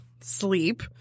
sleep